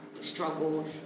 struggle